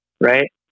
right